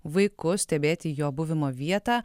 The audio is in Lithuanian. vaiku stebėti jo buvimo vietą